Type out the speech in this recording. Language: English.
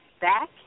back